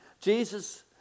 Jesus